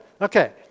Okay